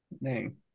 Name